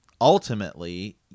Ultimately